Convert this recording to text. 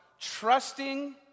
trusting